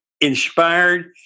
inspired